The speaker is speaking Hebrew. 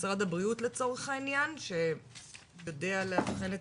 משרד הבריאות לצורך העניין שיודע לאבלן את